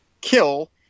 kill